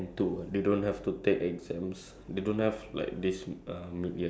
I forgot but that time on the news they came out with like um exams on